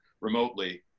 remotely